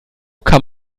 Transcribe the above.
kann